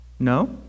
No